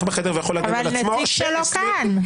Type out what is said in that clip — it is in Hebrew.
בחדר ויכול להגן על עצמו -- אבל נציג שלו כאן.